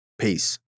Peace